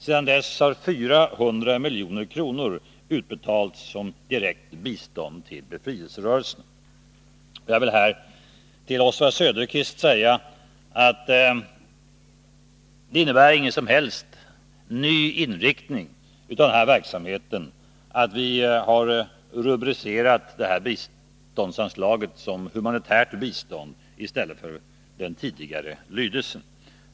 Sedan dess har 400 milj.kr. utbetalats som direkt bistånd till befrielserörelser. Jag vill i det sammanhanget till Oswald Söderqvist säga att det inte innebär någon som helst ny inriktning av denna verksamhet när vi rubricerat anslaget som ”humanitärt bistånd” i stället för att använda den tidigare lydelsen.